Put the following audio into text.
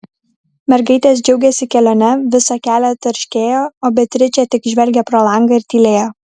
mergaitės džiaugėsi kelione visą kelią tarškėjo o beatričė tik žvelgė pro langą ir tylėjo